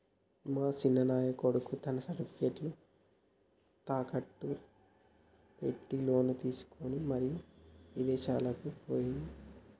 మా సిన్నాయన కొడుకు తన సర్టిఫికేట్లు తాకట్టు పెట్టి లోను తీసుకొని మరి ఇదేశాలకు పోయిండు